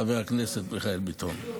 חבר הכנסת מיכאל ביטון.